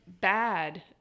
bad